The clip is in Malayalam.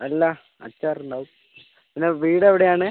അല്ല അച്ചാർ ഉണ്ടാവും പിന്നെ വീട് എവിടെയാണ്